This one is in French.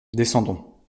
descendons